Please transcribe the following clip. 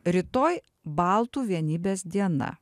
rytoj baltų vienybės diena